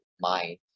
mind